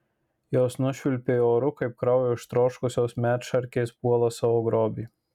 jos nušvilpė oru kaip kraujo ištroškusios medšarkės puola savo grobį